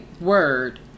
word